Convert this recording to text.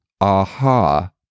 aha